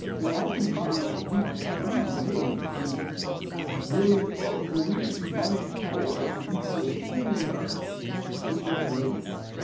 and oftentimes, we run away from the brilliant folks when we should be running towards the people who intimidate us with their brilliance.